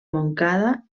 montcada